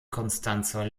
konstanzer